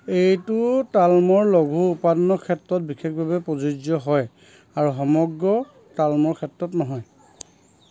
এইটো তালমৰ লঘু উপাদানৰ ক্ষেত্ৰত বিশেষভাৱে প্ৰযোজ্য হয় আৰু সমগ্ৰ তালমৰ ক্ষেত্ৰত নহয়